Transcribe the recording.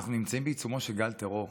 אנחנו נמצאים בעיצומו של גל טרור.